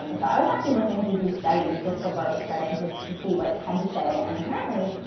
um so i was actually looking up a few studies just before we started just to see what it had to say. and apparently,